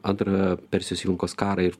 antrą persijos įlankos karą ir